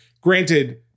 Granted